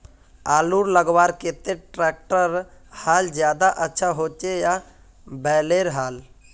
आलूर लगवार केते ट्रैक्टरेर हाल ज्यादा अच्छा होचे या बैलेर हाल?